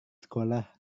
sekolah